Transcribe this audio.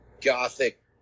gothic